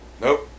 Nope